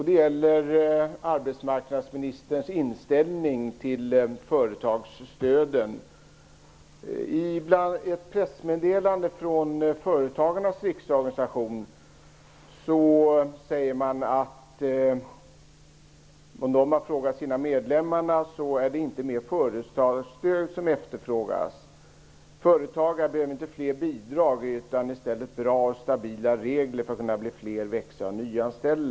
Det gäller arbetsmarknadsministerns inställning till företagsstöden. I ett pressmeddelande från Företagarnas riksorganisation säger man att det är inte mer företagsstöd som medlemmarna efterfrågar. Företagare behöver inte fler bidrag utan i stället bra och stabila regler för att kunna bli fler, växa och nyanställa.